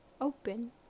open